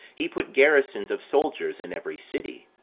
he put garrisons of soldiers in every city.